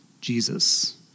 Jesus